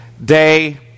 Day